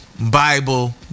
Bible